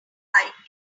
hide